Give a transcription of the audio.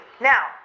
Now